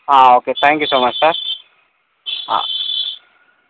okay thank you so much sir